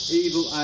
evil